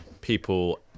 people